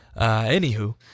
Anywho